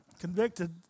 convicted